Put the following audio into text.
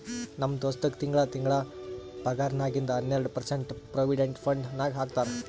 ನಮ್ ದೋಸ್ತಗ್ ತಿಂಗಳಾ ತಿಂಗಳಾ ಪಗಾರ್ನಾಗಿಂದ್ ಹನ್ನೆರ್ಡ ಪರ್ಸೆಂಟ್ ಪ್ರೊವಿಡೆಂಟ್ ಫಂಡ್ ನಾಗ್ ಹಾಕ್ತಾರ್